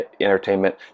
entertainment